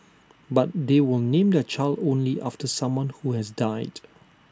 but they will name their child only after someone who has died